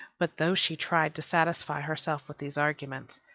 but though she tried to satisfy herself with these arguments,